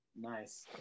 nice